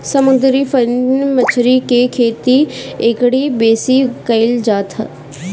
समुंदरी फिन मछरी के खेती एघड़ी बेसी कईल जाता